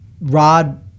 Rod